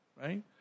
right